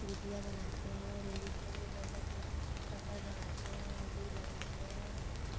गुझिया बनाते हैं और एक दूसरे के घर जाकर कलर लगाते हैं अबीर लगाते हैं और